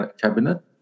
cabinet